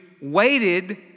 waited